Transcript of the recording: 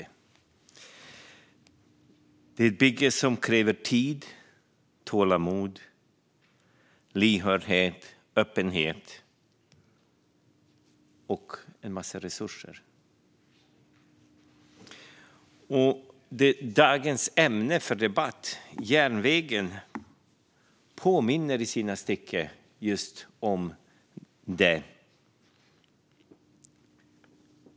Det är ett bygge som kräver tid, tålamod, lyhördhet, öppenhet och en massa resurser. Ämnet för dagens debatt, järnvägen, påminner i sina stycken just om detta.